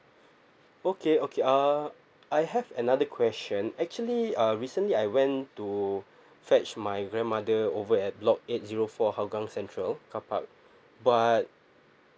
okay okay uh I have another question actually uh recently I went to fetch my grandmother over at block eight zero four hougang central carpark but